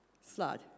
Slide